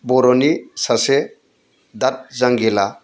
बर'नि सासे दाद जांगिला